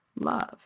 love